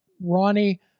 ronnie